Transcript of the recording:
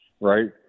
right